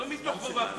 לא מתוך חובה.